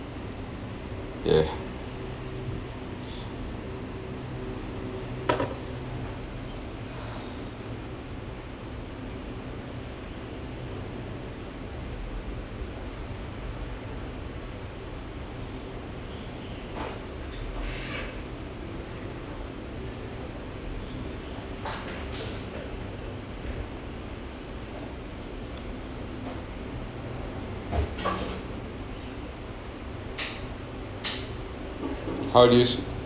yeah how do you s~